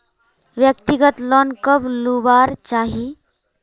व्यक्तिगत लोन कब लुबार चही?